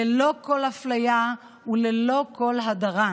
ללא כל אפליה וללא כל הדרה.